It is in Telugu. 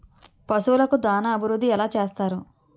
పశువులకు దాన అభివృద్ధి ఎలా చేస్తారు?